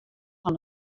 fan